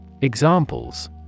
Examples